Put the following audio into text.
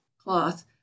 cloth